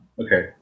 Okay